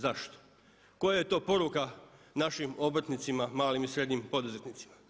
Zašto, koja je to poruka našim obrtnicima, malim i srednjim poduzetnicima?